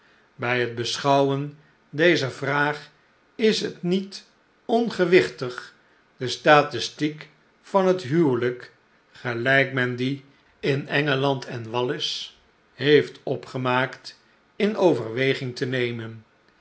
bij het beschouwen dezer vraag is het niet ongewichtig de statistiek van het huwelijk gelijk men die in engeland en wallis heeft opgemaakt in overweging te nemen